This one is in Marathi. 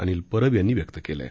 अनिल परब यांनी व्यक्त केलं आहे